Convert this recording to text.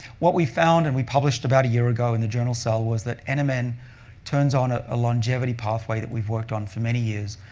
what we found and we published about a year ago in the journal cell was that and um nmn turns on ah a longevity pathway that we've worked on for many years.